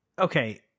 Okay